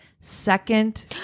second